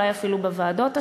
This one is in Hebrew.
אולי אפילו בוועדות השונות.